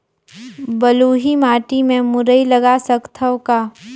बलुही माटी मे मुरई लगा सकथव का?